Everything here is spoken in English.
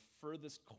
furthest